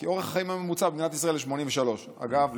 כי אורך חיים הממוצע במדינת ישראל הוא 83. אגב,